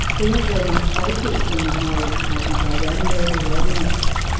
there weren't very many places in the higher education program and there was a waiting list.